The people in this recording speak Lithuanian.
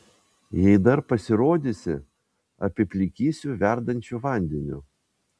jei dar pasirodysi apiplikysiu verdančiu vandeniu